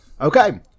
Okay